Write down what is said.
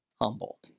humble